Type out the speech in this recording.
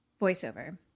Voiceover